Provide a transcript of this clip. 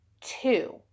two